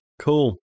Cool